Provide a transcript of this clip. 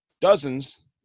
Dozens